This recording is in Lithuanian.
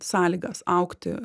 sąlygas augti